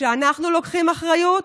כשאנחנו לוקחים אחריות